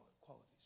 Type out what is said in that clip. qualities